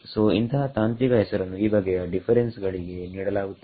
ಸೋಇಂತಹ ತಾಂತ್ರಿಕ ಹೆಸರನ್ನು ಈ ಬಗೆಯ ಡಿಫರೆನ್ಸ್ ಗಳಿಗೆ ನೀಡಲಾಗುತ್ತದೆ